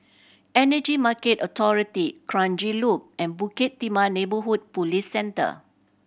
Energy Market Authority Kranji Loop and Bukit Timah Neighbourhood Police Centre